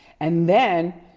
and then,